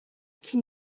can